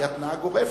היא התניה גורפת.